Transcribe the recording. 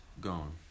gone